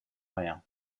rien